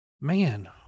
man